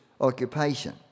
occupation